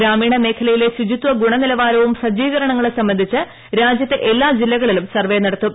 ശ്രൂമീണ് മേഖലയിലെ ശുചിത്വ ഗുണനിലവാരവും സജ്ജീകരണ്ണങ്ങളും സംബന്ധിച്ച് രാജ്യത്തെ എല്ലാ ജില്ലകളിലും സർവ്വേ നടത്തും